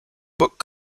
book